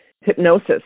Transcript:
hypnosis